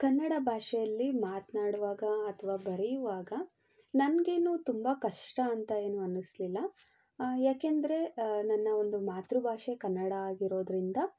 ಕನ್ನಡ ಭಾಷೆಯಲ್ಲಿ ಮಾತನಾಡುವಾಗ ಅಥವಾ ಬರೆಯುವಾಗ ನನಗೇನು ತುಂಬ ಕಷ್ಟ ಅಂತ ಏನು ಅನ್ನಿಸ್ಲಿಲ್ಲ ಯಾಕೆಂದರೆ ನನ್ನ ಒಂದು ಮಾತೃಭಾಷೆ ಕನ್ನಡ ಆಗಿರೋದರಿಂದ